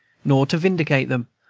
nor to vindicate them,